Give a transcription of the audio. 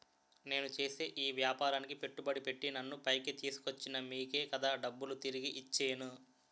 నేను చేసే ఈ వ్యాపారానికి పెట్టుబడి పెట్టి నన్ను పైకి తీసుకొచ్చిన మీకే కదా డబ్బులు తిరిగి ఇచ్చేను